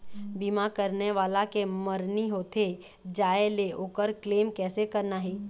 बीमा करने वाला के मरनी होथे जाय ले, ओकर क्लेम कैसे करना हे?